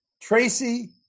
Tracy